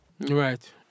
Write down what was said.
Right